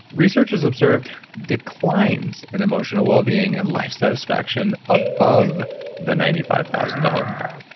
researchers observed declines in emotional well-being and life satisfaction above the ninety five thousand dollars mark.